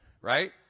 Right